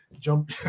jump